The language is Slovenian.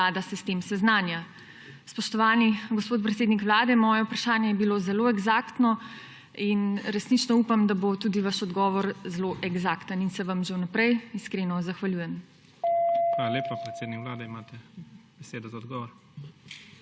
Vlada se s tem seznanja. Spoštovani gospod predsednik Vlade, moje vprašanje je bilo zelo eksaktno in resnično upam, da bo tudi vaš odgovor zelo eksakten in se vam že vnaprej iskreno zahvaljujem. PREDSEDNIK IGOR ZORČIČ: Hvala lepa. Predsednik Vlade, imate besedo za odgovor.